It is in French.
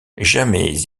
jamais